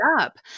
up